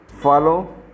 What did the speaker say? follow